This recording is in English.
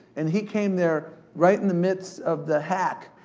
and he came there right in the midst of the hack,